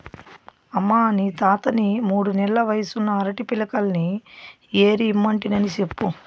అమ్మనీ తాతని మూడు నెల్ల వయసున్న అరటి పిలకల్ని ఏరి ఇమ్మంటినని చెప్పు